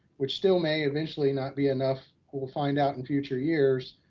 which still may eventually not be enough, we'll find out in future years,